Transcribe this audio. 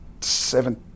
seven